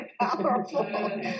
powerful